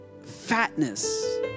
fatness